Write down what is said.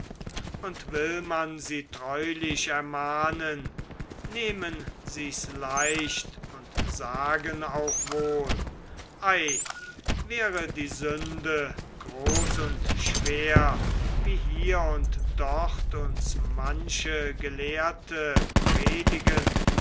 und will man sie treulich ermahnen nehmen sies leicht und sagen auch wohl ei wäre die sünde groß und schwer wie hier und dort uns manche gelehrte predigen